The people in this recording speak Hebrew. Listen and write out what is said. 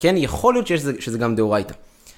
כן, יכול להיות שזה גם דאורייתא